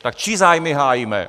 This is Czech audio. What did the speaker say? Tak čí zájmy hájíme?